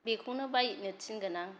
बेखौनो बायनो थिनगोन आं